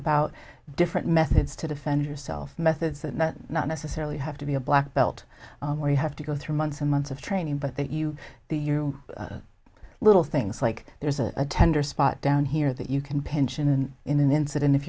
about different methods to defend yourself methods and not necessarily have to be a black belt where you have to go through months and months of training but that you do you little things like there's a tender spot down here that you can pinch in in an incident if